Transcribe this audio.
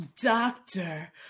Doctor